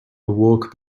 awoke